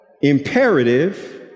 Imperative